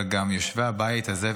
אבל גם יושבי הבית הזה,